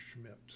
Schmidt